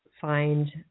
find